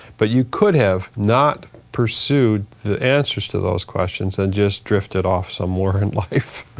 but you could have not pursued the answers to those questions and just drifted off somewhere in life.